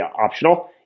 optional